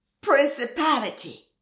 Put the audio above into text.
principality